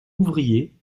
ouvrier